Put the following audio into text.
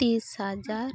ᱛᱤᱨᱤᱥ ᱦᱟᱡᱟᱨ